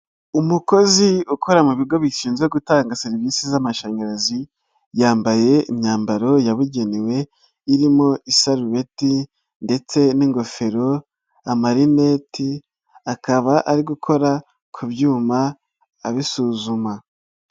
umukozi ukora mu bigo bishinzwe gutanga serivisi z'amashanyarazi, yambaye imyambaro yabugenewe irimo isalbeti ndetse n'ingofero, amarineti, akaba ari gukora ku byuma abisuzuma.